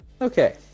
okay